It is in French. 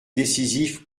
décisif